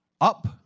Up